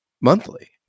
monthly